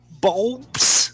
bulbs